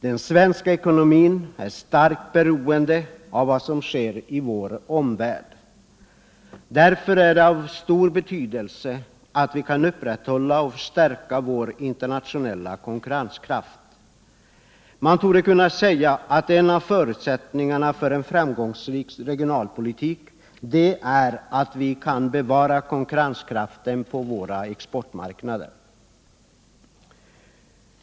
Den svenska ekonomin är starkt beroende av vad som sker i vår omvärld. Därför är det av stor betydelse att vi kan upprätthålla och stärka vår internationella konkurrenskraft. Man torde kunna säga att en av förutsättningarna för en framgångsrik regionalpolitik är att vi ”an bevara konkurrenskraften på våra exportmarknader.